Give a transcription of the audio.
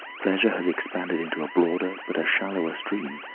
pleasure has expanded into a broader, but a shallower stream,